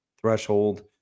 threshold